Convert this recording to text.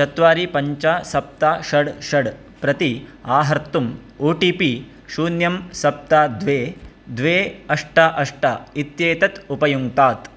चत्वारि पञ्च सप्त षड् षड् प्रति आहर्तुम् ओ टि पि शून्यं सप्त द्वे द्वे अष्ट अष्ट इत्येतत् उपयुङ्क्तात्